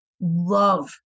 love